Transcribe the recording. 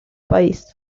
país